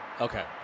Okay